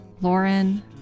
Lauren